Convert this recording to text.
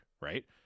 right